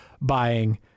buying